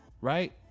Right